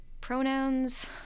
pronouns